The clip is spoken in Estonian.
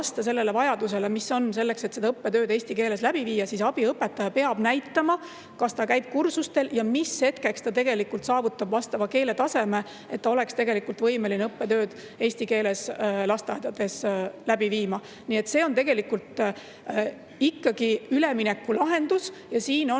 vasta sellele vajadusele, mis on selleks, et õppetööd eesti keeles läbi viia, siis peab abiõpetaja näitama, kas ta käib kursustel ja mis hetkeks ta saavutab vastava keeletaseme, et ta oleks võimeline lasteaias õppetööd eesti keeles läbi viima. Nii et see on tegelikult ikkagi üleminekulahendus.